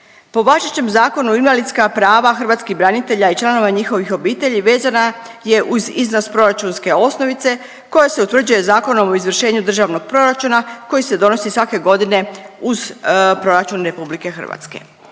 Po važećem zakonu, invalidska prava hrvatskih branitelja i članova njihovih obitelji vezana je uz iznos proračunske osnovice koja se utvrđuje Zakonom o izvršenju državnog proračuna koji se donosi svake godine uz proračun RH.